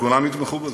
שכולם יתמכו בזה.